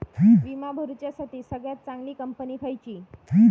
विमा भरुच्यासाठी सगळयात चागंली कंपनी खयची?